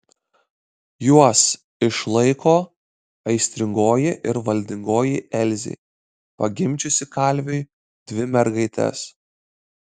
juos išlaiko aistringoji ir valdingoji elzė pagimdžiusi kalviui dvi mergaites